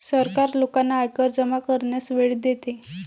सरकार लोकांना आयकर जमा करण्यास वेळ देते